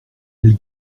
elle